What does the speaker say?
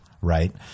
right